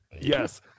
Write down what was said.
Yes